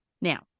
now